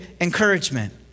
encouragement